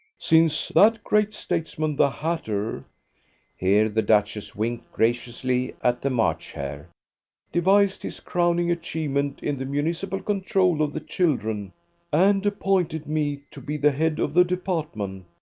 since that great statesman, the hatter here the duchess winked graciously at the march hare devised his crowning achievement in the municipal control of the children and appointed me to be the head of the department,